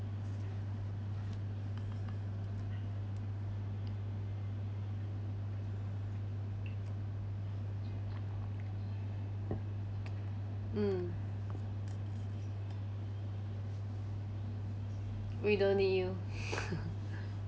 mm we don't need you